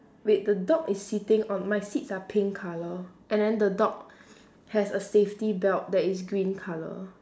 wait the dog is sitting on my seats are pink colour and then the dog has a safety belt that is green colour